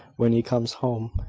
when he comes home.